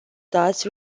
thus